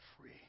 free